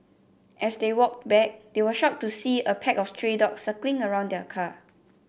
as they walked back they were shocked to see a pack of stray dogs circling around the car